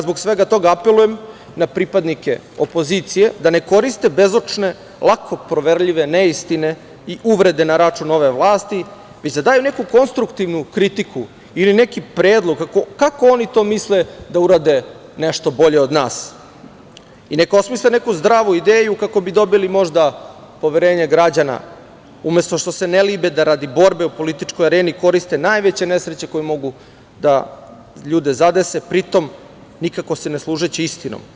Zbog svega toga apelujem na pripadnike opozicije da ne koriste bezočne, lako proverljive neistine i uvrede na račun ove vlasti, već da daju neku konstruktivnu kritiku ili neki predlog kako oni to misle da urade nešto bolje od nas i neka osmisle neku zdravu ideju kako bi dobili možda poverenje građana, umesto što se ne libe da radi borbe u političkoj areni koriste najveće nesreće koje mogu da ljude zadese, pritom nikako se ne služeći istinom.